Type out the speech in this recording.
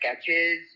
sketches